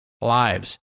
lives